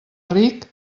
ric